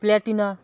Platina